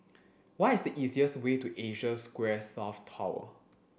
what is the easiest way to Asia Square South Tower